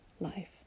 life